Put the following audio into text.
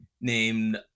Named